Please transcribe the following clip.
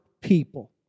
people